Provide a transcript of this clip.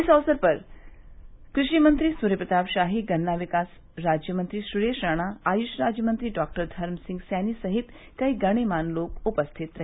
इस अवसर पर कृषि मंत्री सूर्यप्रताप शाही गन्ना विकास राज्य मंत्री सुरेश राणा आयुष राज्य मंत्री डॉक्टर धर्म सिंह सैनी सहित कई गण्यमान्य लोग उपस्थित रहे